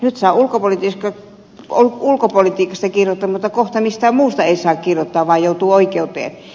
nyt saa ulkopolitiikasta kirjoittaa mutta kohta mistään muusta ei saa kirjoittaa vaan joutuu oikeuteen